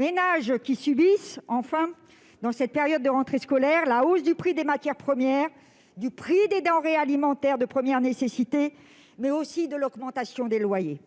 Ah ! Qui plus est, en cette période de rentrée scolaire, ces ménages subissent la hausse du prix des matières premières et des denrées alimentaires de première nécessité, mais aussi l'augmentation des loyers.